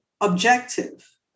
objective